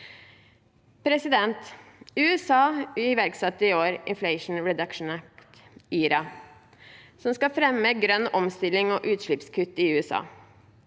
interessene. USA iverksatte i år Inflation Reduction Act, IRA, som skal fremme grønn omstilling og utslippskutt i USA.